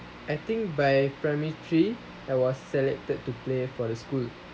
I think by primary three I was selected to play for the school